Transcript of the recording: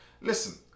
listen